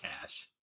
cash